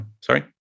sorry